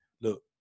Look